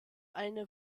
eine